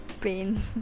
pain